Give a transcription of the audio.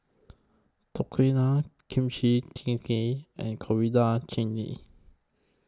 Tortillas Kimchi Jjigae and Coriander Chutney